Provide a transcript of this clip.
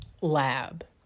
lab